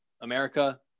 America